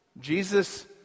Jesus